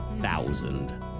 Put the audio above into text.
thousand